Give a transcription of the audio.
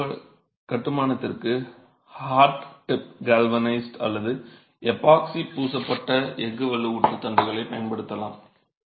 நீங்கள் கட்டுமானத்திற்காக hot dipped galvanized அல்லது எபோக்சி பூசப்பட்ட எஃகு வலுவூட்டல் தண்டுகளைப் பயன்படுத்தலாம்